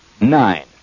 nine